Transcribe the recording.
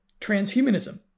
transhumanism